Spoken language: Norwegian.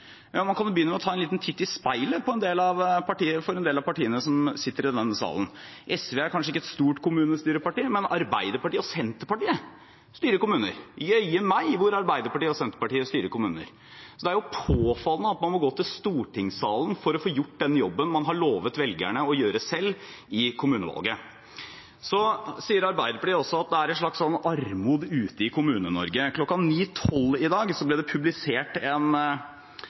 En del av partiene som sitter i denne salen, kan jo begynne med å ta en titt i speilet. SV er kanskje ikke et stort kommunestyre-parti, men Arbeiderpartiet og Senterpartiet styrer kommuner. Jøye meg, som Arbeiderpartiet og Senterpartiet styrer kommuner! Det er påfallende at man må gå til stortingssalen for å få gjort den jobben man har lovet velgerne å gjøre selv i kommunevalget. Arbeiderpartiet sier også at det er en slags armod ute i Kommune-Norge. Klokken 09.12 i dag ble det publisert en